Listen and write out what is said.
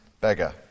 beggar